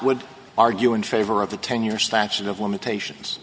would argue in favor of the ten year statute of limitations